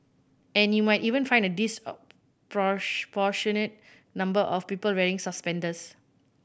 and you might even find a disproportionate number of people wearing suspenders